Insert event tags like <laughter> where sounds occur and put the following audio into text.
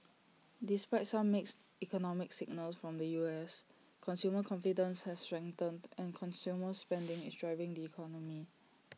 <noise> despite some mixed economic signals from the U S consumer confidence <noise> has strengthened and consumer <noise> spending is driving the economy